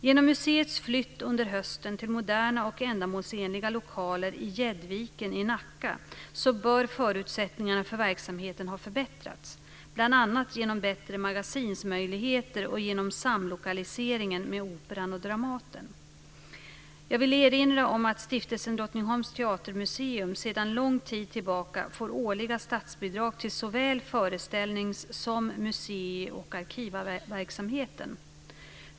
Genom museets flytt under hösten till moderna och ändamålsenliga lokaler i Gäddviken i Nacka, så bör förutsättningarna för verksamheten ha förbättrats, bl.a. genom bättre magasinsmöjligheter och genom samlokaliseringen med Operan och Dramaten. Jag vill erinra om att Stiftelsen Drottningholms teatermuseum sedan lång tid tillbaka får årliga statsbidrag till såväl föreställnings som musei och arkivverksamheten.